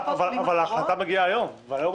אפשר שאלה לקופת החולים?